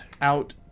out